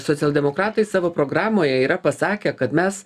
socialdemokratai savo programoje yra pasakę kad mes